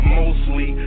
mostly